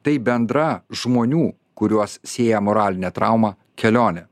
tai bendra žmonių kuriuos sieja moralinė trauma kelionė